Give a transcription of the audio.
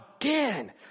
again